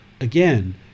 Again